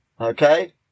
Okay